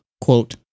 quote